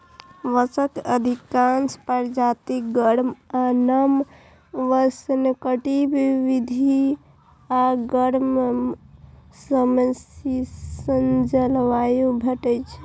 बांसक अधिकांश प्रजाति गर्म आ नम उष्णकटिबंधीय आ गर्म समशीतोष्ण जलवायु मे भेटै छै